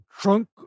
trunk